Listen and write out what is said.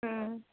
হুম